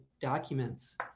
documents